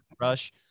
Rush